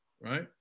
right